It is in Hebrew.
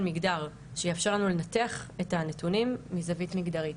מגדר שיאפשר לנו לנתח את הנתונים מזווית מגדרית.